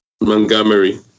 Montgomery